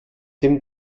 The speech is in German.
dem